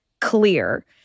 clear